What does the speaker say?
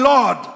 Lord